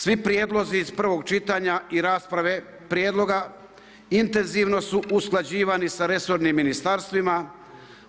Svi prijedlozi iz prvog čitanja i rasprave prijedloga intenzivno su usklađivani sa resornim ministarstvima